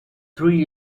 three